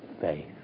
faith